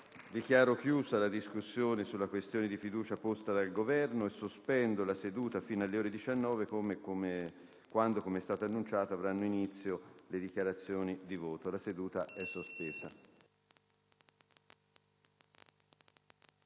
Dichiaro chiusa la discussione sulla questione di fiducia posta dal Governo e sospendo la seduta fino alle ore 19, quando, come preannunciato, avranno inizio le dichiarazioni di voto. *(La seduta, sospesa